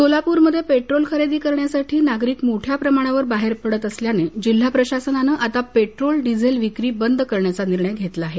सोलापूरमध्ये पेट्रोल खरेदीसाठी नागरिक मोठ्याप्रमाणात बाहेर पडत असल्याने जिल्हा प्रशासनाने आता पेट्रोल डीझेल विक्री बंद करण्याचा निर्णय घेतला आहे